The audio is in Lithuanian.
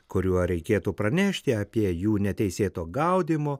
kuriuo reikėtų pranešti apie jų neteisėto gaudymo